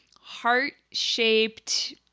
heart-shaped